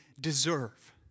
deserve